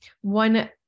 One